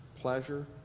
pleasure